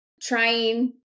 trying